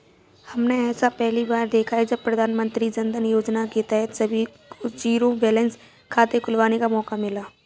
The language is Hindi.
हमने ऐसा पहली बार देखा है जब प्रधानमन्त्री जनधन योजना के तहत सभी को जीरो बैलेंस खाते खुलवाने का मौका मिला